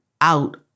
out